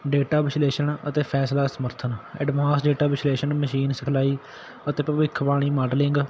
data ਵਿਸ਼ਲੇਸ਼ਣ ਅਤੇ ਫੈਸਲਾ ਸਮਰਥਨ ਐਡਵਾਂਸ ਡੇਟਾ ਵਿਸ਼ਲੇਸ਼ਣ ਮਸ਼ੀਨ ਸਿਖਲਾਈ ਅਤੇ ਭਵਿੱਖਬਾਣੀ ਮਾਡਲਿੰਗ